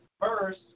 first